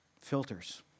Filters